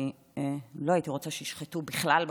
אני לא הייתי רוצה שישחטו בכלל בקר,